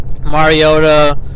Mariota